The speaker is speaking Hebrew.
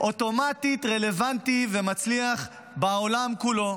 אוטומטית רלוונטי ומצליח בעולם כולו.